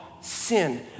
sin